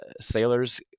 sailors